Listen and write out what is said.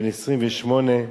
בן 28: